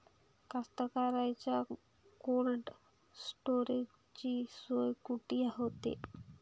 कास्तकाराइच्या कोल्ड स्टोरेजची सोय कुटी होते?